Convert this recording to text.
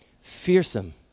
fearsome